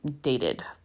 dated